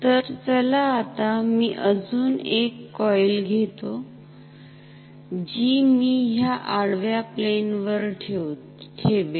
तर चला आता मी अजून एक कॉईल घेतो जी मी ह्या आडव्या प्लेन वर ठेवेल